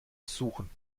suchen